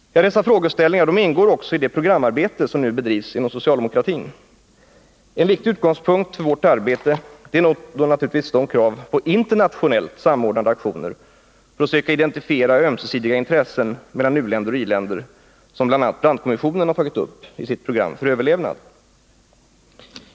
De frågeställningarna ingår också i det programarbete som nu bedrivs inom socialdemokratin. En viktig utgångspunkt för vårt arbete är naturligtvis de krav på internationellt samordnade aktioner för att söka identifiera ömsesidiga intressen mellan u-länder och i-länder som bl.a. Brandtkommissionen har tagit upp i sitt program för överlevnad.